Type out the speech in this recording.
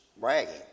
bragging